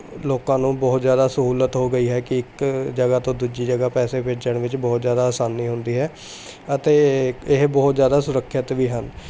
ਲੋਕਾਂ ਨੂੰ ਬਹੁਤ ਜ਼ਿਆਦਾ ਸਹੂਲਤ ਹੋ ਗਈ ਹੈ ਕਿ ਇੱਕ ਜਗ੍ਹਾ ਤੋਂ ਦੂਜੀ ਜਗ੍ਹਾ ਪੈਸੇ ਭੇਜਣ ਵਿੱਚ ਬਹੁਤ ਜ਼ਿਆਦਾ ਆਸਾਨੀ ਹੁੰਦੀ ਹੈ ਅਤੇ ਇਹ ਬਹੁਤ ਜ਼ਿਆਦਾ ਸੁਰੱਖਿਅਤ ਵੀ ਹਨ